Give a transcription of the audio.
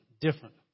different